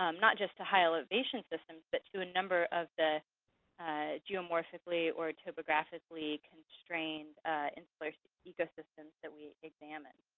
um not just to high elevation systems, but to a number of the geomorphically or topographically constrained insular ecosystems that we examined.